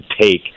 take